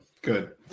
Good